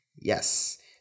Yes